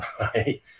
right